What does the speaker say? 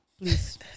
Please